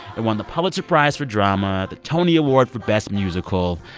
it won the pulitzer prize for drama, the tony award for best musical.